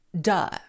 duh